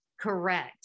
Correct